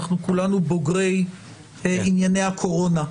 אנחנו כולנו בוגרי ענייני הקורונה,